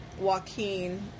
Joaquin